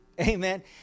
Amen